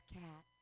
cat